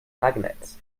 magnets